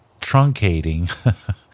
truncating